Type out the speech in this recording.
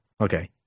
okay